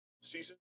season